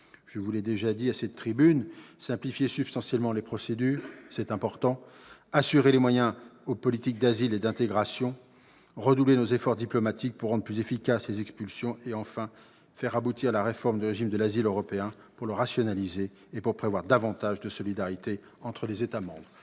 de la question migratoire : simplifier substantiellement les procédures, assurer des moyens aux politiques d'asile et d'intégration, redoubler nos efforts diplomatiques pour rendre plus efficaces les expulsions et faire enfin aboutir la réforme du régime d'asile européen pour le rationaliser et pour prévoir davantage de solidarité entre les États membres.